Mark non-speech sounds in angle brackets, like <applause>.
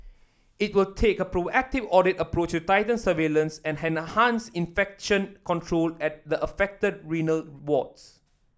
it will take a proactive audit approach to tighten surveillance and <unintelligible> enhance infection control at the affected renal wards